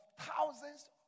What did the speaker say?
thousands